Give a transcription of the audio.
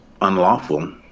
unlawful